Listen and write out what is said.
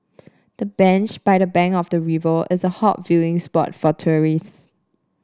the bench by the bank of the river is a hot viewing spot for tourists